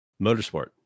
Motorsport